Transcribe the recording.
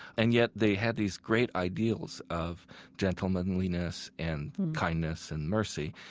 and yet they had these great ideals of gentlemanliness and kindness and mercy,